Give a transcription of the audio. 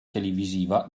televisiva